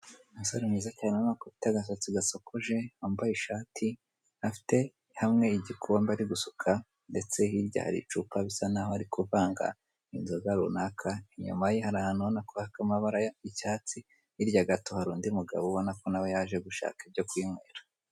Umusore mwiza urabona ko afite agasatsi gasokoje, wambaye ishati, afite hamwe igikombe ari gusuka, ndetse hirya hari icupa bigaragara ko ari kuvanga, inzoga runaka, inyuma ye hari ahantu ubona ko haka amabara y'icyatsi, hirya gato hari undi mugabo ubona ko nawe yaje gushaka iryo kwinywera.